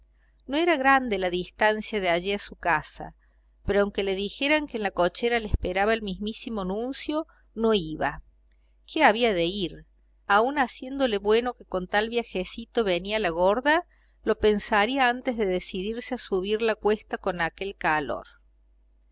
no era grande la distancia de allí a su casa pero aunque le dijeran que en la cochera le esperaba el mismo nuncio no iba qué había de ir aun haciéndole bueno que con tal viajecito venía la gorda lo pensaría antes de decidirse a subir la cuesta con aquel calor